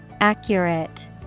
Accurate